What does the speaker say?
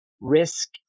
risk